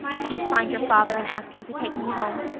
please find your father and ask him to take me home.